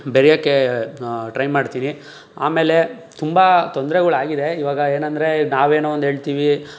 ಬೆರೆಯೋಕೆ try ಮಾಡ್ತೀನಿ ಆಮೇಲೆ ತುಂಬ ತೊಂದ್ರೆಗಳು ಆಗಿದೆ ಇವಾಗ ಏನೆಂದ್ರೆ ನಾವೇನೋ ಒಂದು ಹೇಳ್ತೀವಿ